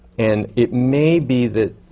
and it may be that